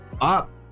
up